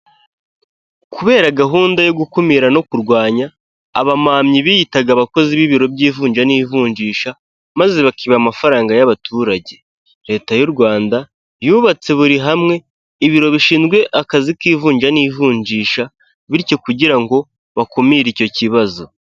Kubera gahunda yo gukumira no kurwanya abamamyi biyitaga abakozi b'ibiro by'ivunja n'ivunjisha maze bakiba amafaranga y'abaturage, leta y'u Rwanda yubatse buri hamwe ibiro bishinzwe akazi k'ivunja n'ivunjisha bityo kugira ngo bakumire icyo kibazo.